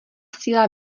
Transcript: síla